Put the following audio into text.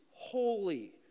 holy